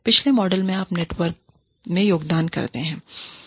पिछले मॉडल में आप नेटवर्क में योगदान करते हैं